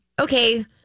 Okay